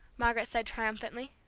margaret said triumphantly.